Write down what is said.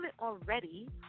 already